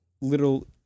little